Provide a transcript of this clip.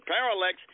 Parallax